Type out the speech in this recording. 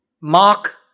Mark